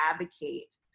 advocate